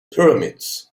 pyramids